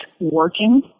working